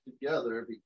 together